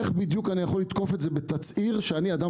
איך בדיוק אני יכול לתקוף את זה בתצהיר כשאני אדם